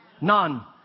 None